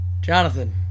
Jonathan